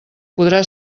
podrà